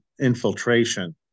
infiltration